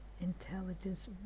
intelligence